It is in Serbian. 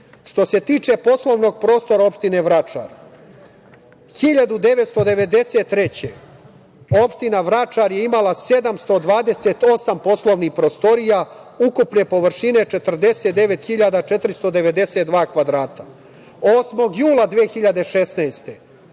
se tiče poslovnog prostora Opštine Vračar. Godine 1993. Opština Vračar je imala 728 poslovnih prostorija ukupne površine 49.492 kvadrata. Osmog jula 2016.